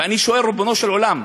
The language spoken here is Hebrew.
ואני שואל, ריבונו של עולם,